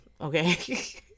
Okay